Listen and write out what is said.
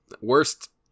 worst